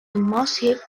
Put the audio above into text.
massive